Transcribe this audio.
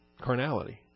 carnality